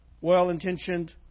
well-intentioned